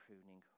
pruning